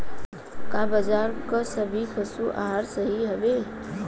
का बाजार क सभी पशु आहार सही हवें?